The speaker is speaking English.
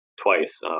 twice